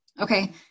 Okay